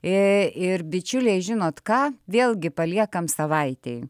ir bičiuliai žinot ką vėlgi paliekam savaitei